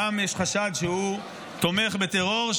יש חשד שאדם תומך בטרור,